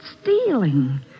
stealing